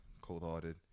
cold-hearted